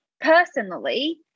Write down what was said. personally